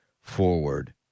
forward